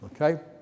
okay